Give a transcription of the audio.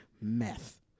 Meth